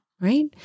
right